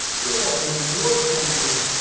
or even more commonly,